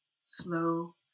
slow